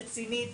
רצינית,